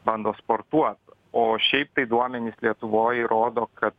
bando sportuot o šiaip tai duomenys lietuvoj rodo kad